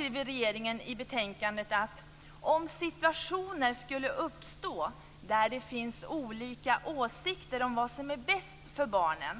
I betänkandet står det: "Om situationer skulle uppstå där det finns olika åsikter om vad som är bäst för barnet